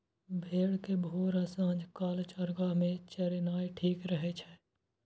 भेड़ कें भोर आ सांझ काल चारागाह मे चरेनाय ठीक रहै छै